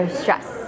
stress